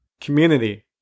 community